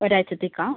ഒരാഴ്ചത്തേക്കാണോ